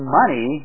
money